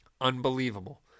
Unbelievable